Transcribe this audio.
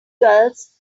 gulls